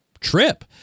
trip